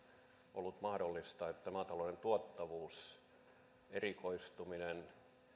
ollut mahdollinen sen vuoksi että maatalouden tuottavuus erikoistuminen